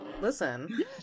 Listen